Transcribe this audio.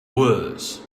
wars